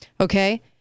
Okay